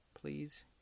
please